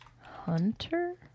Hunter